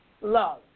love